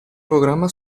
programma